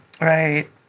right